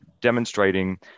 demonstrating